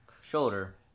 shoulder